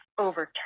overturn